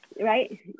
Right